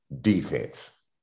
defense